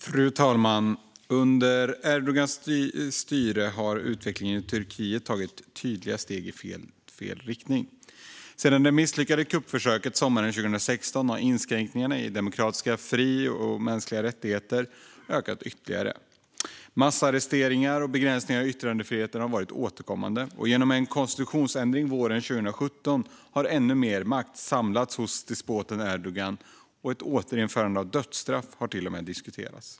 Fru talman! Under Erdogans styre har utvecklingen i Turkiet tagit tydliga steg i fel riktning. Sedan det misslyckade kuppförsöket sommaren 2016 har inskränkningarna av demokratiska fri och rättigheter och mänskliga rättigheter ökat ytterligare. Massarresteringar och begränsningar av yttrandefriheten har varit återkommande, och genom en konstitutionsändring våren 2017 har ännu mer makt samlats hos despoten Erdogan. Ett återinförande av dödsstraff har till och med diskuteras.